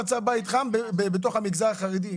הוא רצה בית חם בתוך המגזר החרדי,